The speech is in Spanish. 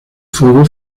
fuego